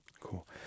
Cool